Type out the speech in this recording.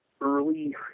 early